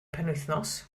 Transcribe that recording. penwythnos